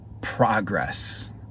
progress